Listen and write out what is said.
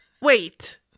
Wait